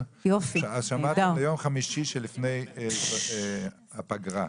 ביום חמישי שלפני הפגרה.